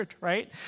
right